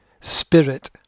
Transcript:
Spirit